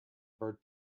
birth